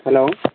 hello